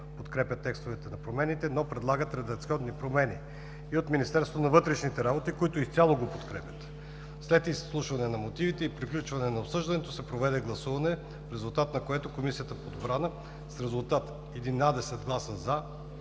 подкрепят текстовете на промените, но предлагат редакционни промени и от Министерство на вътрешните работи, които изцяло го подкрепят. След изслушване на мотивите и приключване на обсъждането се проведе гласуване, в резултат на което Комисията по отбрана с резултат: 11 гласа